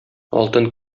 алтын